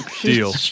Deal